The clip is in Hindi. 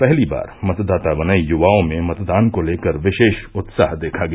पहली बार मतदाता बने युवाओं में मतदान को लेकर विषेश उत्साह देखा गया